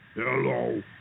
Hello